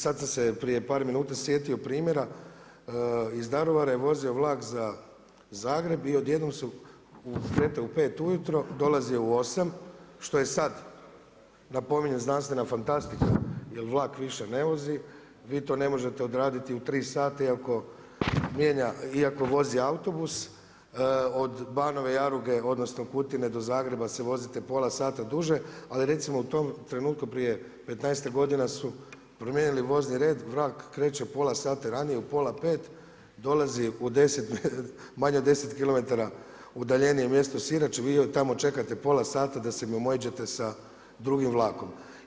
Sada sam se prije par minuta sjetio primjera iz Daruvara je vozio vlak za Zagreb i odjednom su … u pet ujutro, dolazio u osam što je sada napominjem znanstvena fantastika jel vlak više ne vozi vi to ne možete odraditi u tri sata iako vozi autobus od Banove Jaruge odnosno Kutine do Zagreba se vozite pola sata duže, ali recimo u tom trenutku prije petnaestak godina su promijenili vozni red, vlak kreće pola sata ranije u pola pet dolazi manje od 10km udaljenije mjesto Sirač, vi tamo čekate pola sata da se mimoiđete sa drugim vlakom.